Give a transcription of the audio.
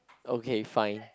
okay fine